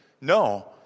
No